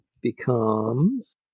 becomes